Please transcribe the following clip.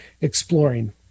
exploring